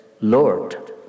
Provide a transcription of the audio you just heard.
Lord